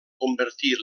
convertir